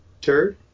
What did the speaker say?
Turd